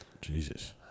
Jesus